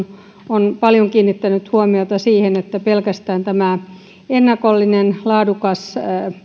on paljon kiinnittänyt huomiota siihen että pelkästään tämä ennakollinen laadukas